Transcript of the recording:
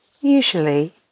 Usually